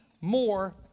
more